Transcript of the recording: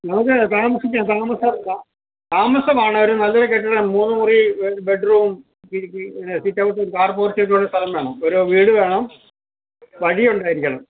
നമുക്ക് താമസിക്കാൻ താമസം താമസമാണേലും നല്ലൊരു കെട്ടിടം മൂന്ന് മുറി രണ്ട് ബെഡ് റൂം ഇരിക്ക് പിന്നെ സിറ്റ് ഔട്ടും കാർ പോർച്ചൊക്കെ ഉള്ള സ്ഥലം വേണം ഒരു വീട് വേണം വഴി ഉണ്ടായിരിക്കണം